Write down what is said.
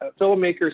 filmmakers